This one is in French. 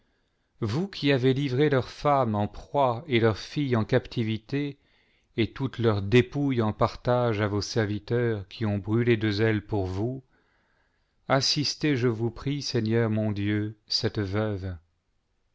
vous qui avez livré leurs femmes en proie et leurs filles en captivité et toutes leurs dépouilles en partage à vos serviteurs qui ont brûlé de zèle pour vous assistez je vous prie seigneur mon dieu cette veuve